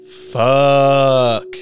Fuck